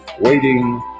waiting